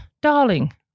Darling